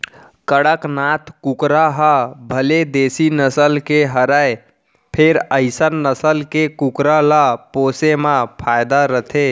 कड़कनाथ कुकरा ह भले देसी नसल के हरय फेर अइसन नसल के कुकरा ल पोसे म फायदा रथे